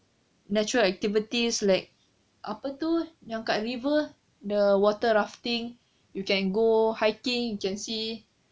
natural activities like apa tu yang kat river the water rafting you can go hiking you can see